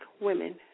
women